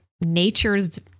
nature's